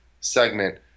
segment